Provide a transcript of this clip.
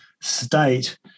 state